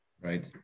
Right